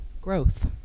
growth